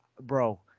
Bro